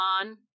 on